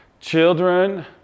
children